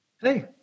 Hey